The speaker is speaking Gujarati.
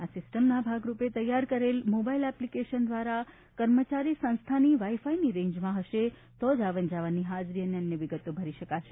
આ સિસ્ટણમના ભાગરૂપે તૈયાર કરેલ મોબાઈલ એપ્લીીકેશન દ્વારા કર્મચારી સંસ્થાની વાઈફાઈની રેઈન્જસમાં હશે તો જ આવન જાવનની હાજરી અને અન્ય વિગતો ભરી શકશે